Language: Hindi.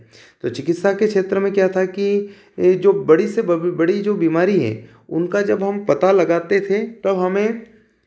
तो चिकित्सा के क्षेत्र में क्या था कि जो बड़ी से बड़ी जो बीमारी हैं उनका जब हम पता लगाते थे तब हमें